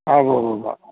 ആ ഊവ്വുവ്വുവ്വ്